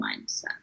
mindset